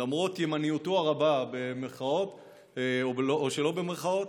למרות ימניותו הרבה, במירכאות או שלא במירכאות,